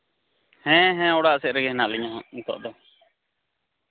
ᱦᱮᱸ ᱦᱮᱸ ᱚᱲᱟᱜ ᱥᱮᱡ ᱨᱮᱜᱮ ᱦᱮᱱᱟᱜ ᱞᱤᱧᱟᱹ ᱱᱤᱛᱳᱜ ᱫᱚ